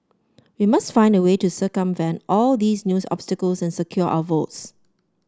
we must find a way to circumvent all these news obstacles and secure our votes